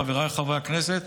חבריי חברי הכנסת,